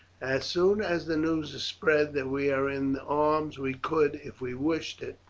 as soon as the news is spread that we are in arms we could, if we wished it,